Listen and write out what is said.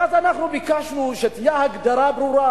ואז אנחנו ביקשנו שתהיה הגדרה ברורה